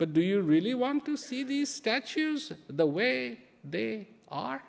but do you really want to see these statues the way they are